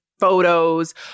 Photos